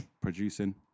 producing